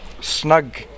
snug